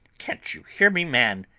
can't you hear me, man?